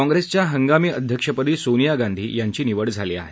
काँग्रेसच्या हंगामी अध्यक्षपदी सोनिया गांधी यांची निवड झाली आहे